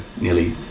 nearly